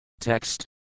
Text